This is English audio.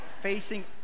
facing